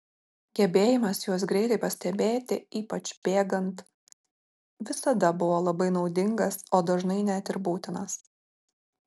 gebėjimas juos greitai pastebėti ypač bėgant visada buvo labai naudingas o dažnai net ir būtinas